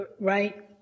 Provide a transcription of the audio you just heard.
Right